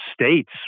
states